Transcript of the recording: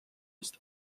ist